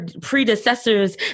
predecessors